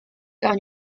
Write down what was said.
down